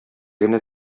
генә